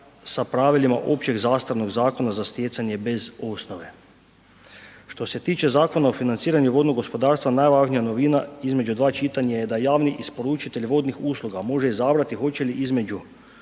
sa pravilima općeg zastarnog zakona za stjecanje bez osnove. Što se tiče Zakona o financiranju vodnog gospodarstva, najvažnija novina između dva čitanja je da javni isporučitelj vodnih usluga može izabrati hoće li naknadu